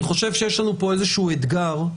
אני חושב שיש לנו איזשהו אתגר,